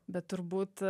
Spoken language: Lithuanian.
bet turbūt